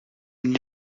une